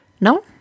No